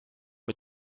mit